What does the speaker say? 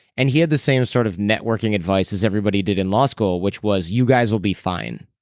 and he had the same sort of networking advice as everybody did in law school which was, you guys will be fine.